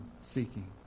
seeking